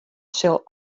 sil